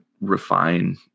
refine